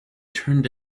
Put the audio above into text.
turned